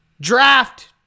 Draft